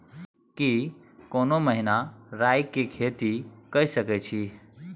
की कोनो महिना राई के खेती के सकैछी?